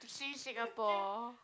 to see Singapore